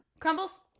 Crumbles